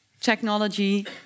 technology